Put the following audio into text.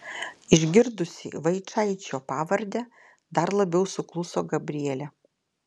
išgirdusi vaičaičio pavardę dar labiau sukluso gabrielė